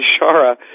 Shara